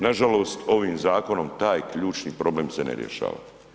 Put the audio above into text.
Nažalost ovim zakonom taj ključni problem se ne rješava.